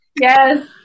Yes